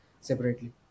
separately